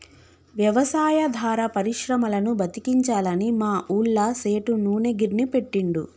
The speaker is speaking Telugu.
వ్యవసాయాధార పరిశ్రమలను బతికించాలని మా ఊళ్ళ సేటు నూనె గిర్నీ పెట్టిండు